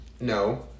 No